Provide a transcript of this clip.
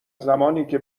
زمانیکه